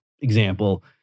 example